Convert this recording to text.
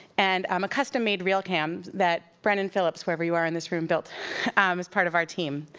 and um a custom-made reel cam, that brandon phillips, wherever you are in this room, built um as part of our team.